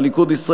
הליכוד,